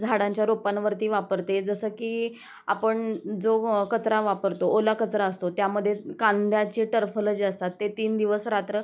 झाडांच्या रोपांवरती वापरते आहे जसं की आपण जो कचरा वापरतो ओला कचरा असतो त्यामध्ये कांद्या ची टरफलं जी असतात ते तीन दिवसरात्र